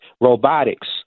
robotics